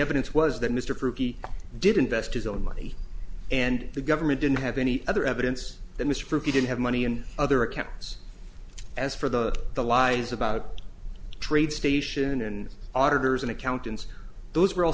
evidence was that mr frooty didn't vest his own money and the government didn't have any other evidence that mr p didn't have money in other accounts as for the the lies about trade station and auditors and accountants those were al